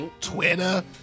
Twitter